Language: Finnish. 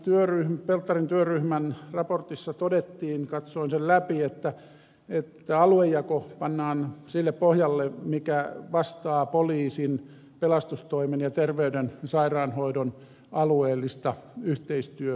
tuon pelttarin työryhmän raportissa todettiin katsoin sen läpi että aluejako pannaan sille pohjalle mikä vastaa poliisin pelastustoimen terveyden ja sairaanhoidon alueellista yhteistyörakennetta